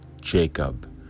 Jacob